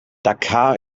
dhaka